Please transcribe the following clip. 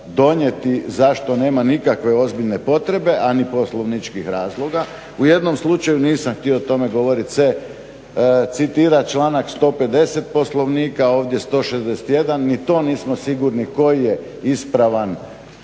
donijeti zašto nema nikakve ozbiljne potrebe, a ni poslovničkih razloga. U jednom slučaju nisam htio o tome govoriti citira članak 150. Poslovnika ovdje 161.ni to nismo sigurni koji je ispravan